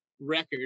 record